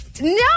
No